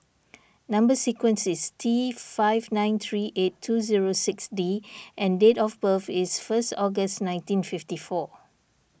Number Sequence is T five nine three eight two zero six D and date of birth is first August nineteen fifty four